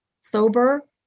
sober